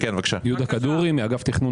בבקשה, תגיד את השאלות, הם יענו.